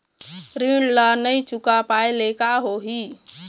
ऋण ला नई चुका पाय ले का होही?